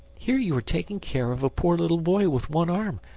here you are taking care of a poor little boy with one arm,